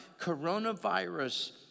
coronavirus